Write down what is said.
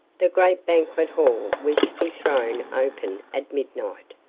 the great banquet hall was to be thrown open at midnight.